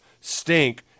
stink